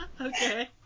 Okay